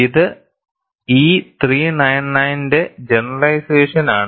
ഇത് E 399 ന്റെ generalisation ആണ്